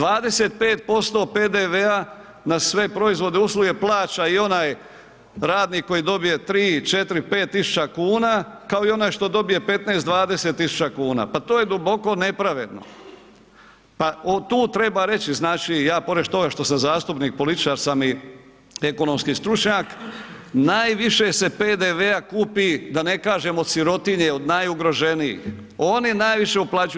25% PDV-a na sve proizvode i usluge plaća i onaj radnik koji dobije 3,4,5 tisuća kuna kao i onaj što dobije 15, 20.000 kuna, pa to je duboko nepravedno, pa tu treba reći, znači ja pored toga što sam zastupnik političar sam i ekonomski stručnjak, najviše se PDV-a kupi da ne kažem od sirotinje od najugroženijih, oni najviše uplaćuju.